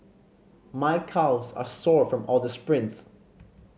my calves are sore from all the sprints